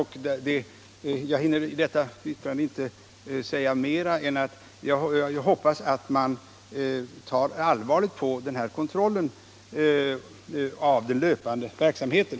I detta anförande hinner jag inte säga mer än att jag hoppas att man tar allvarligt på den här kontrollen av den löpande verksamheten.